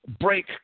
break